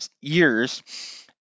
years